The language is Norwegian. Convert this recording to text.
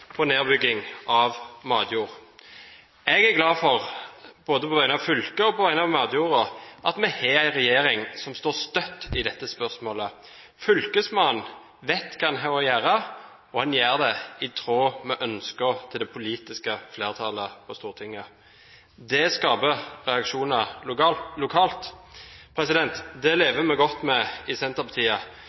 nedbygging av matjord. Jeg er glad for – både på vegne av fylket og på vegne av matjorda – at vi har en regjering som står støtt i dette spørsmålet. Fylkesmannen vet hva han har å gjøre, og han gjør det i tråd med ønskene til det politiske flertallet på Stortinget. Det skaper reaksjoner lokalt. Det lever vi godt med i Senterpartiet.